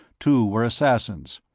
two were assassins,